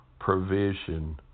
provision